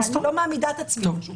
אני לא מעמידה את עצמי לרשותך.